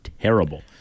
terrible